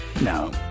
No